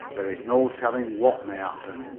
there is no telling what may happen.